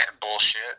Bullshit